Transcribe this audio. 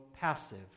passive